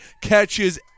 catches